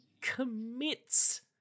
commits